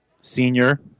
Senior